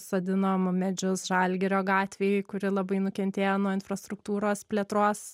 sodinom medžius žalgirio gatvėj kuri labai nukentėjo nuo infrastruktūros plėtros